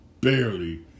barely